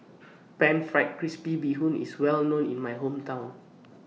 Pan Fried Crispy Bee Hoon IS Well known in My Hometown